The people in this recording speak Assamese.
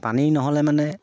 পানী নহ'লে মানে